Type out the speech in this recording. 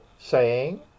saying—